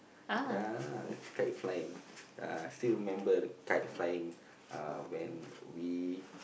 ya kite flying(uh) few member kite flying uh when we